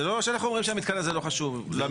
זה לא שאנחנו אומרים שהמתקן הזה לא חשוב למשק.